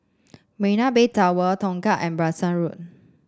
Marina Bay Tower Tongkang and Branksome Road